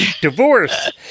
Divorce